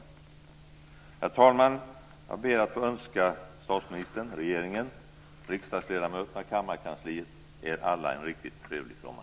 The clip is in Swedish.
Herr talman! Jag ber att få önska statsministern, regeringen, riksdagsledamöterna, Kammarkansliet och er alla en riktigt trevlig sommar.